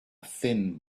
thin